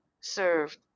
served